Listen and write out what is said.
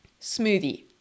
smoothie